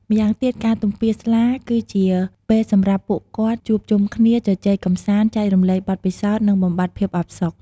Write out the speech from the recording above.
ម្យ៉ាងទៀត ការទំពារស្លា គឺជាពេលសម្រាប់ពួកគាត់ជួបជុំគ្នា ជជែកកម្សាន្ត ចែករំលែកបទពិសោធន៍ និងបំបាត់ភាពអផ្សុក។